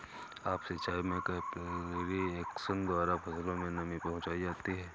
up सिचाई में capillary action द्वारा फसलों में नमी पहुंचाई जाती है